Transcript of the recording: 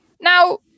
Now